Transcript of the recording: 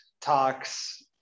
talks